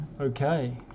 Okay